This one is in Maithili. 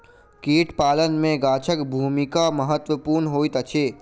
कीट पालन मे गाछक भूमिका महत्वपूर्ण होइत अछि